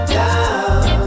down